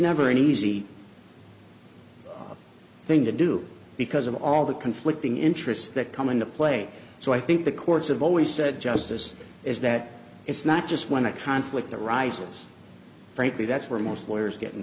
never an easy thing to do because of all the conflicting interests that come into play so i think the courts have always said justice is that it's not just when a conflict arises frankly that's where most lawyers get in